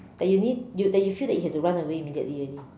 that you need you that you feel you had to run away immediately already